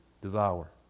devour